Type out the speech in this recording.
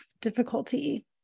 difficulty